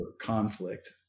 conflict